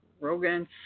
Rogan